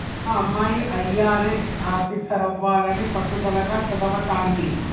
మా అమ్మాయి అయ్యారెస్ ఆఫీసరవ్వాలని పట్టుదలగా చదవతాంది